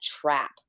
trap